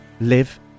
live